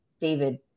David